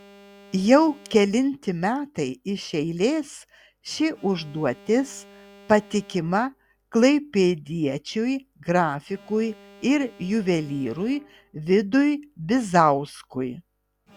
jau kelinti metai iš eilės ši užduotis patikima klaipėdiečiui grafikui ir juvelyrui vidui bizauskui